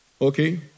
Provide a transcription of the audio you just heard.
Okay